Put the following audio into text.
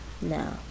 Now